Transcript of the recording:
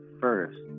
first